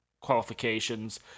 qualifications